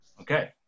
Okay